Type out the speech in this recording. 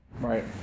Right